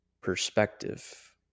perspective